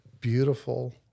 beautiful